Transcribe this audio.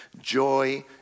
Joy